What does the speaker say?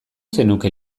zenuke